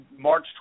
March